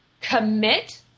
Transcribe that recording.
commit